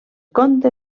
conte